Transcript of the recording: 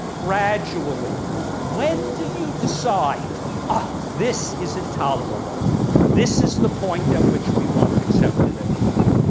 gradually when do you decide ah this is intolerable this is the point at which we won't accept it anymore.